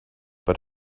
but